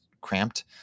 cramped